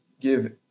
give